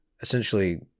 essentially